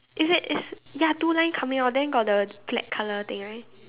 is it is ya two line coming out then got the black colour thing right